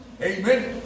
Amen